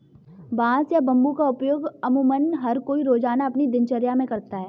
बांस या बम्बू का उपयोग अमुमन हर कोई रोज़ाना अपनी दिनचर्या मे करता है